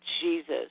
Jesus